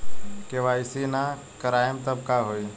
KYC ना करवाएम तब का होई?